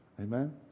Amen